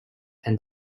and